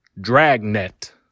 Dragnet